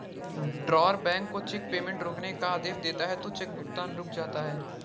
drawer bank को cheque payment रोकने का आदेश देता है तो चेक भुगतान रुक जाता है